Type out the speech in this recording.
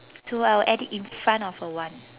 so I will add it in front of a one